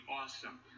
awesome